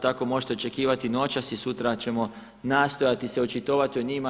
Tako možete očekivati noćas i sutra ćemo nastojati se očitovati o njima.